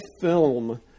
film